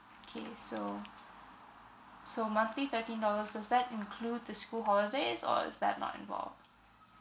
okay so so monthly thirteen dollars does that include the school holidays or is that not involved